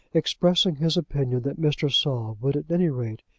expressing his opinion that mr. saul would, at any rate,